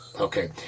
Okay